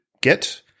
get